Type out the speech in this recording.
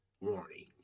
warning